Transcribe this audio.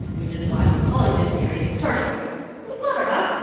which is why we're calling this series turning points pretty clever, huh?